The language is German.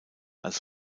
als